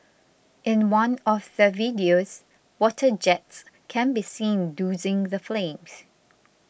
in one of the videos water jets can be seen dousing the flames